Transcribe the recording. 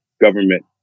government